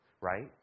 right